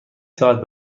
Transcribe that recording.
ساعت